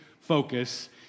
focus